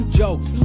jokes